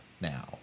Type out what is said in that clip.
now